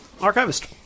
archivist